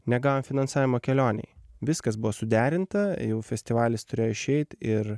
negavom finansavimo kelionei viskas buvo suderinta jau festivalis turėjo išeit ir